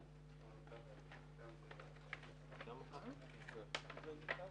אבל ברור מהתמונה בשטח שזה לא פשוט.